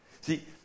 See